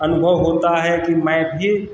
अनुभव होता है कि मैं भी